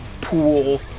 pool